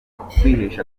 kwihesha